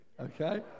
okay